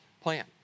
plan